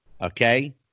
okay